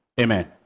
Amen